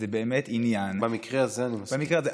זה באמת עניין, במקרה הזה, אני מסכים.